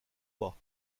pas